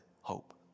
hope